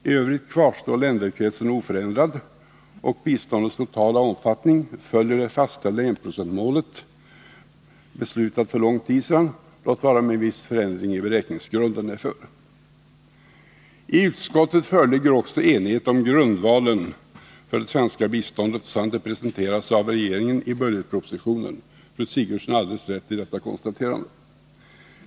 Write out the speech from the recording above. I övrigt kvarstår länderkretsen oförändrad, och biståndets totala omfattning följer det fastställda enprocentsmålet, beslutat för lång tid sedan, låt vara med en viss förändring i beräkningsgrunden härför. I utskottet föreligger också enighet om grundvalen för det svenska biståndet, sådant det presenterats av regeringen i budgetproposition. Fru Sigurdsen har alldeles rätt i detta konstaterande.